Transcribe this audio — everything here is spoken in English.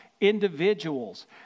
individuals